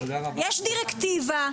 יש דירקטיבה,